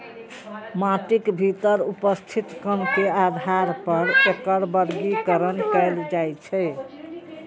माटिक भीतर उपस्थित कण के आधार पर एकर वर्गीकरण कैल जाइ छै